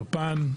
יפן,